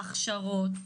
הכשרות,